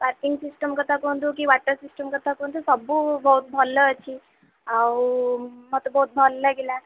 parking system କଥା କୁହନ୍ତୁ କି ୱାଟର୍ ସିଷ୍ଟମ୍ କଥା କୁହନ୍ତୁ ସବୁ ବହୁତ ଭଲ ଏଠି ଆଉ ମୋତେ ବହୁତ ଭଲ ଲାଗିଲା